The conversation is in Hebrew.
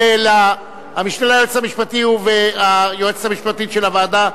המשנה ליועץ המשפטי והיועצת המשפטית של הוועדה,